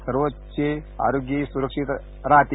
सर्वांचे आरोग्या सुरक्षीत राहते